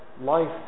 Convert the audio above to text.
life